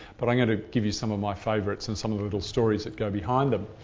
but i'm going to give you some of my favourites and some of the little stories that go behind them.